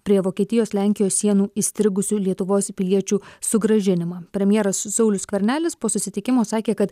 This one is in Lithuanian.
prie vokietijos lenkijos sienų įstrigusių lietuvos piliečių sugrąžinimą premjeras saulius skvernelis po susitikimo sakė kad